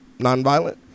nonviolent